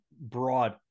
Broad